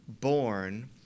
born